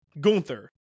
Gunther